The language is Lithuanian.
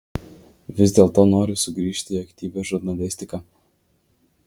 vis dėlto noriu sugrįžti į aktyvią žurnalistiką